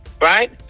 right